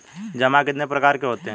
जमा कितने प्रकार के होते हैं?